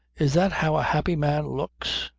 is that how a happy man looks?